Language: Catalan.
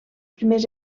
primers